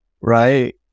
right